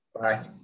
Bye